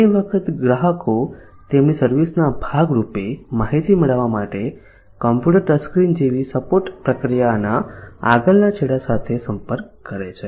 ઘણી વખત ગ્રાહકો તેમની સર્વિસ ના ભાગરૂપે માહિતી મેળવવા માટે કમ્પ્યુટર ટચ સ્ક્રીન જેવી સપોર્ટ પ્રક્રિયાના આગળના છેડા સાથે સંપર્ક કરે છે